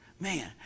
Man